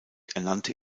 ernannte